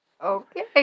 Okay